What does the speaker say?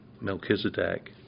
Melchizedek